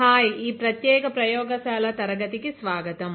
hi ఈ ప్రత్యేక ప్రయోగశాల తరగతి కి స్వాగతం